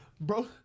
Bro